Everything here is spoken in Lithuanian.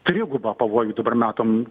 trigubą pavojų dabar matom